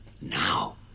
Now